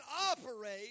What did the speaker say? operate